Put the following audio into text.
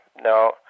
no